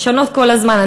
לשנות כל הזמן.